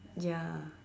ya